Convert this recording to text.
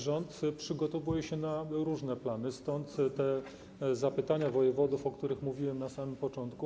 Rząd przygotowuje się, ma różne plany, stąd te zapytania wojewodów, o których mówiłem na samym początku.